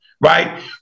right